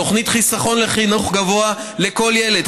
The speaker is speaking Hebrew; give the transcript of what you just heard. תוכנית חיסכון לחינוך גבוה לכל ילד,